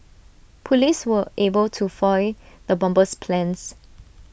Police were able to foil the bomber's plans